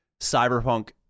Cyberpunk